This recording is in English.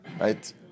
right